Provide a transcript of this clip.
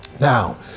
Now